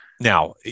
Now